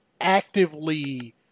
actively